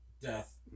Death